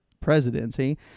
presidency